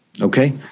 Okay